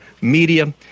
media